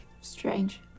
Strange